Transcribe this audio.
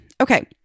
Okay